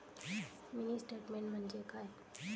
Mini statement म्हणजे काय?